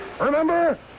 Remember